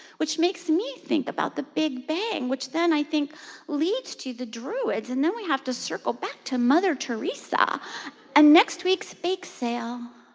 which makes me think about the big bang, which then i think leads to the druids. and then we have to circle back to mother teresa teresa and next week's bake sale